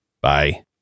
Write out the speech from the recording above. Bye